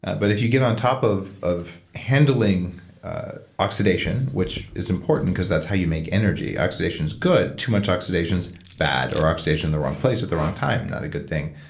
but if you get on top of of handling oxidation, which is important because that's how you make energy, oxidation is good. too much oxidation's bad or oxidation the wrong place at the wrong time, not a good thing.